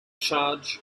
charge